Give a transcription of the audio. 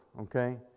okay